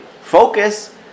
focus